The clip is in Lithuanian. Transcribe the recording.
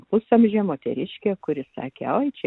pusamžę moteriškę kuri sakė oi čia